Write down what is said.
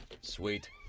sweet